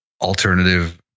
alternative